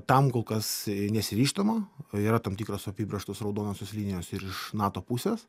tam kol kas nesiryžtama o yra tam tikros apibrėžtos raudonosios linijos ir iš nato pusės